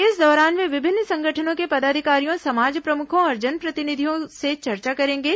इस दौरान वे विभिन्न संगठनों के पदाधिकारियों समाज प्रमुखों और जनप्रतिनिधियों से चर्चा करेंगे